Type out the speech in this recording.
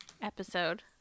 episode